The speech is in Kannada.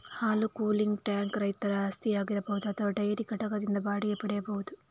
ಹಾಲು ಕೂಲಿಂಗ್ ಟ್ಯಾಂಕ್ ರೈತರ ಆಸ್ತಿಯಾಗಿರಬಹುದು ಅಥವಾ ಡೈರಿ ಘಟಕದಿಂದ ಬಾಡಿಗೆಗೆ ಪಡೆಯಬಹುದು